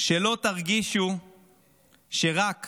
שלא תרגישו שרק